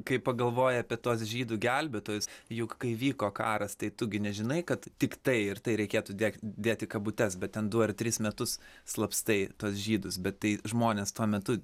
kai pagalvoji apie tuos žydų gelbėtojus juk kai vyko karas tai tu gi nežinai kad tiktai ir tai reikėtų degti dėti į kabutes bet ten du ar tris metus slapstai tuos žydus bet tai žmonės tuo metu